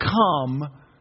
come